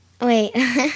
Wait